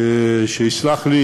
שיסלח לי,